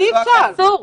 אי אפשר.